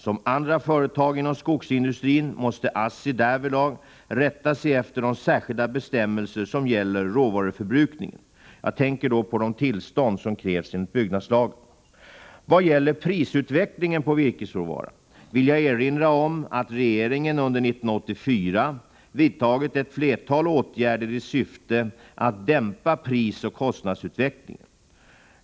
Som andra företag inom skogsindustrin måste ASSI därvidlag rätta sig efter de särskilda bestämmelser som gäller råvaruförbrukningen. Jag tänker då på de tillstånd som krävs enligt byggnadslagen. Vad gäller prisutvecklingen på virkesråvara vill jag erinra om att regeringen under 1984 vidtagit ett flertal åtgärder i syfte att dämpa prisoch kostnadsutvecklingen.